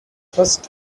first